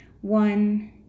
One